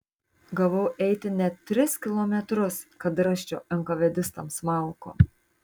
gavau eiti net tris kilometrus kad rasčiau enkavedistams malkų